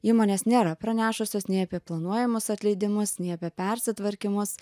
įmonės nėra pranešusios nei apie planuojamus atleidimus nei apie persitvarkymus